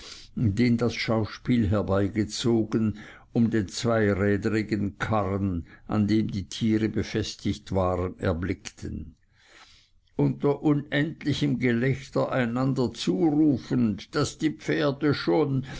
den das schauspiel herbeigezogen um den zweirädrigen karren an dem die tiere befestigt waren erblickten unter unendlichem gelächter einander zurufend daß die pferde schon